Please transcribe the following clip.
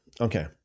Okay